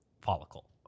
follicle